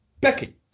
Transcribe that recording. Becky